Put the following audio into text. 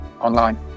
online